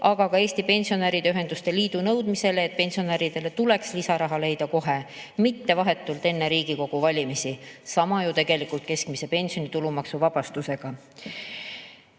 aga ka Eesti Pensionäride Ühenduste Liidu nõudmisele, et pensionäridele tuleks lisaraha leida kohe, mitte vahetult enne Riigikogu valimisi. Sama on ju tegelikult keskmise pensioni tulumaksuvabastusega.